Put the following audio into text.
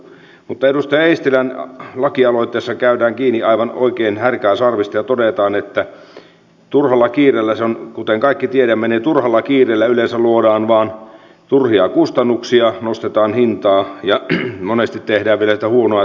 mutta edustaja eestilän lakialoitteessa otetaan kiinni aivan oikein härkää sarvista ja todetaan että turhalla kiireellä kuten kaikki tiedämme yleensä luodaan vain turhia kustannuksia nostetaan hintaa ja monesti tehdään vielä sitä huonoa työtäkin